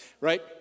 right